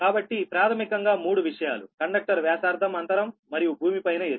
కాబట్టి ప్రాథమికంగా మూడు విషయాలు కండక్టర్ వ్యాసార్థం అంతరం మరియు భూమి పైన ఎత్తు